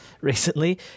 recently